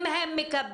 אם הם מקבלים